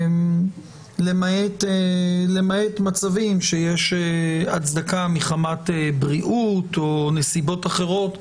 למעט מצבים שיש הצדקה מחמת בריאות או נסיבות אחרות,